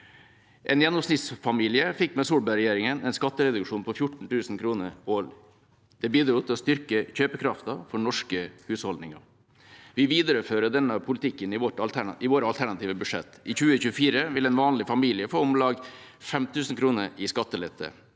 En gjennomsnittsfamilie fikk med Solberg-regjeringa en skattereduksjon på 14 000 kr i året. Det bidro til å styrke kjøpekraften til norske husholdninger. Vi viderefører denne politikken i våre alternative budsjetter. I 2024 vil en vanlig familie få om lag 5 000 kr i skattelette.